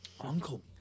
Uncle